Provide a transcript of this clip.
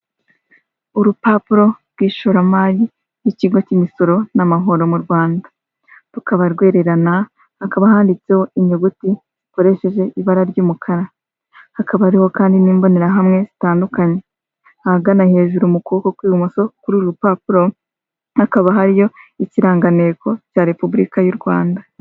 Urupapuro rw'ishoramari ry'ikigo cy'imisoro n'amahoro mu rwanda rukaba rwererana hakaba handitseho inyuguti zikoresheje ibara ry'umukara hakaba ariho kandi n'imbonerahamwe zitandukanye ahagana hejuru mu kuboko kw'ibumoso kuri uru rupapuro hakaba hariyo ikiranganteko cya repubulika y'u rwanda.